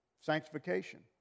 sanctification